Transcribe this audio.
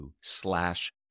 slash